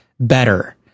better